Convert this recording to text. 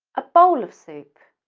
a bowl of soup